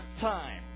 time